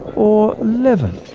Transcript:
or leavened.